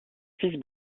fils